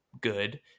good